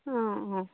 অঁ অঁ